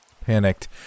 Panicked